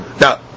Now